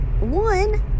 One